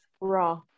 Raw